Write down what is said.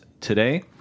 today